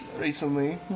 recently